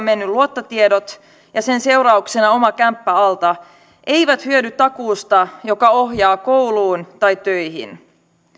menneet luottotiedot ja sen seurauksena oma kämppä alta eivät hyödy takuusta joka ohjaa kouluun tai töihin